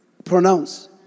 Pronounce